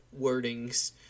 wordings